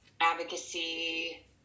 advocacy